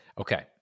okay